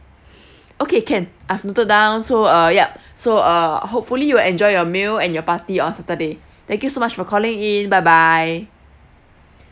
okay can I've noted down so uh yup so uh hopefully you will enjoy your meal and your party on saturday thank you so much for calling in bye bye